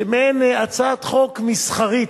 מעין הצעת חוק "מסחרית",